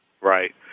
Right